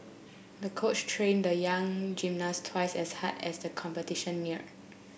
the coach trained the young gymnast twice as hard as the competition neared